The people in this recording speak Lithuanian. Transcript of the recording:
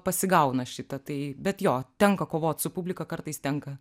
pasigauna šitą tai bet jo tenka kovot su publika kartais tenka